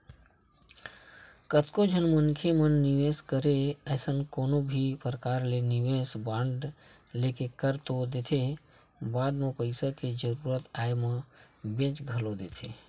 कतको झन मनखे मन निवेस करे असन कोनो भी परकार ले निवेस बांड लेके कर तो देथे बाद म पइसा के जरुरत आय म बेंच घलोक देथे